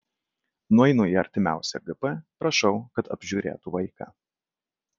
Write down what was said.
nueinu į artimiausią gp prašau kad apžiūrėtų vaiką